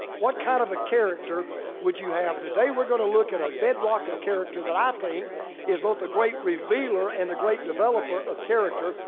what kind of a character would you have? today we're gonna look at a bedrock of character that i think is both a great revealer and a great developer of character.